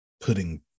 putting